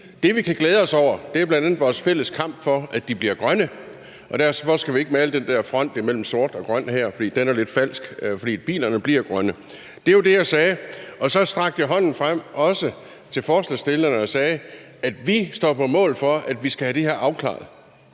Det, vi kan glæde os over, er bl.a. vores fælles kamp for, at de bliver grønne. Og derfor skal vi ikke male den der front op mellem sort og grøn her, for den er lidt falsk, fordi bilerne bliver grønne. Det var det, jeg sagde. Og så strakte jeg også hånden frem til forslagsstillerne og sagde: Venstre står på mål for, at vi skal have det her afklaret